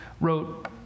wrote